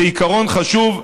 זה עיקרון חשוב,